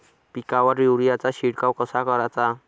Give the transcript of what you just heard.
पिकावर युरीया चा शिडकाव कसा कराचा?